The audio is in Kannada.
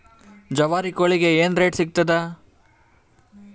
ಜವಾರಿ ಕೋಳಿಗಿ ಏನ್ ರೇಟ್ ಸಿಗ್ತದ?